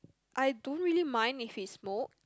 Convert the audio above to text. I don't really mind if he's smoke